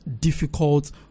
difficult